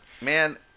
Man